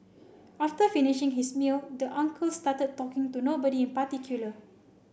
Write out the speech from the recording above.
after finishing his meal the uncle started talking to nobody in particular